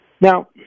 Now